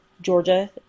Georgia